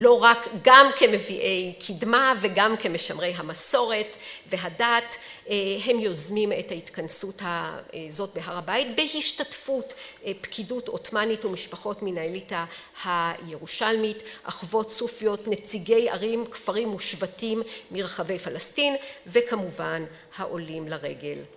לא רק גם כמביאי קידמה וגם כמשמרי המסורת והדת הם יוזמים את ההתכנסות הזאת בהר הבית בהשתתפות פקידות עות'מנית ומשפחות מן האליטה הירושלמית, אחוות סופיות, נציגי ערים, כפרים ושבטים מרחבי פלסטין וכמובן העולים לרגל.